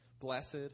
blessed